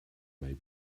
may